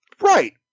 Right